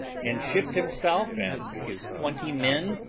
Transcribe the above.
and shipped himself and his twenty men,